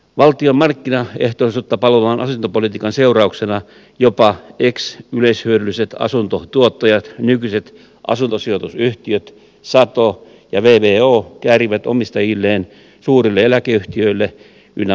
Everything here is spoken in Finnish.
valtion markkinaehtoisuutta palvelevan asuntopolitiikan seurauksena jopa ex yleishyödylliset asuntotuottajat nykyiset asuntosijoitusyhtiöt sato ja vvo käärivät omistajilleen suurille eläkeyhtiöille ynnä muuta